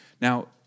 Now